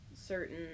certain